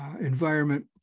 environment